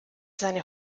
seine